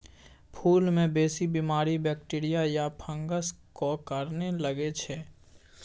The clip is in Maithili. फुल मे बेसी बीमारी बैक्टीरिया या फंगसक कारणेँ लगै छै